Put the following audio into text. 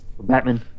Batman